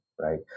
Right